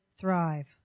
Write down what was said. thrive